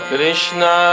Krishna